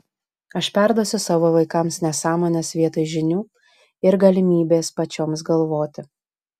aš perduosiu savo vaikams nesąmones vietoj žinių ir galimybės pačioms galvoti